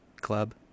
club